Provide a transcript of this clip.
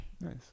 nice